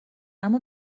اما